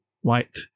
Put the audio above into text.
white